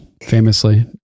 famously